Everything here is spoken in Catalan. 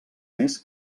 més